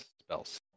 spells